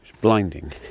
blinding